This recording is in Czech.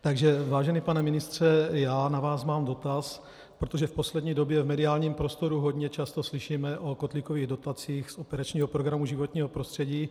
Takže vážený pane ministře, mám na vás dotaz, protože v poslední době v mediálním prostoru hodně často slyšíme o kotlíkových dotacích z operačního programu Životní prostředí.